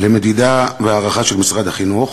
למדידה והערכה של משרד החינוך.